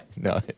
No